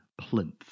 plinth